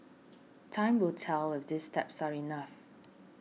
time will tell if these steps are enough